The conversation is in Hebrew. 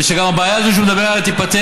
וגם הבעיה הזאת שהוא מדבר עליה תיפתר,